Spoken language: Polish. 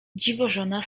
dziwożona